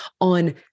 on